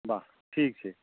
वाह ठीक छै